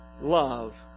love